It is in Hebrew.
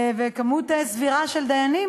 כמות סבירה של דיינים,